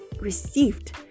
received